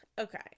okay